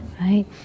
Right